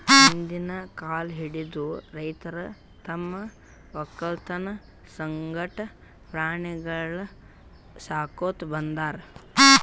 ಹಿಂದ್ಕಿನ್ ಕಾಲ್ ಹಿಡದು ರೈತರ್ ತಮ್ಮ್ ವಕ್ಕಲತನ್ ಸಂಗಟ ಪ್ರಾಣಿಗೊಳಿಗ್ ಸಾಕೋತ್ ಬಂದಾರ್